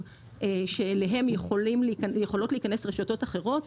שאליהם יכולות להיכנס רשתות אחרות,